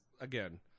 again